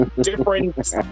different